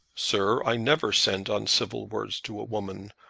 sir, i never send uncivil words to a woman,